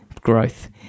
growth